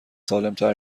سالمتر